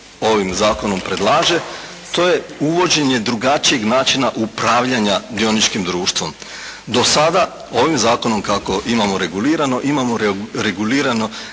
ovim Zakonom predlaže to je uvođenje drugačijeg načina upravljanja dioničkim društvom. Do sada ovim Zakonom kako imamo regulirano imamo regulirano